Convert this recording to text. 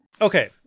Okay